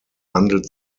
wandelt